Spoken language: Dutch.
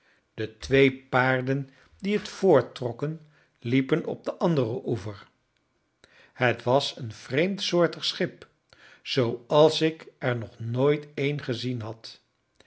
de twee paarden die het voorttrokken liepen op den anderen oever het was een vreemdsoortig schip zooals ik er nog nooit een gezien had